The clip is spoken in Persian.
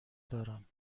دارم